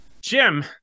Jim